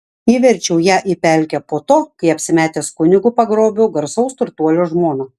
įverčiau ją į pelkę po to kai apsimetęs kunigu pagrobiau garsaus turtuolio žmoną